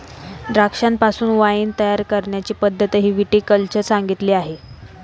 द्राक्षांपासून वाइन तयार करण्याची पद्धतही विटी कल्चर सांगितली आहे